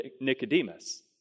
Nicodemus